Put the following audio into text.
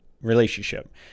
relationship